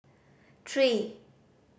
three